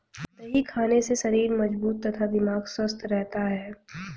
दही खाने से शरीर मजबूत तथा दिमाग स्वस्थ रहता है